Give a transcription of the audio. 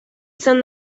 izan